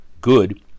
good